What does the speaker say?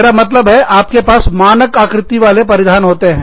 मेरा मतलब है आपके पास मानक आकृति वाले वस्त्र परिधान हैं